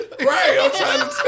Right